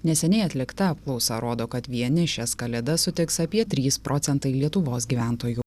neseniai atlikta apklausa rodo kad vieni šias kalėdas sutiks apie trys procentai lietuvos gyventojų